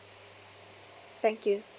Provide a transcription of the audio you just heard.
thank you